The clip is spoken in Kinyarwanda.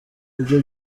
ibyo